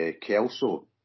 Kelso